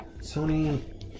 Sony